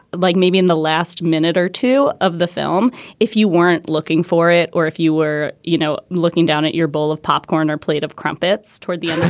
like maybe in the last minute or two of the film if you weren't looking for it or if you were, you know, looking down at your bowl of popcorn or plate of crumpets toward the end,